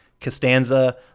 Costanza